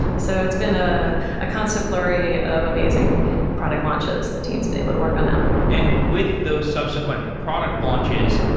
so it's been ah a constant flurry of amazing product launches, the teens been able to work on them ah and with those subsequent product launches,